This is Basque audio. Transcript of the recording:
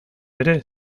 ere